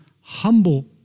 humble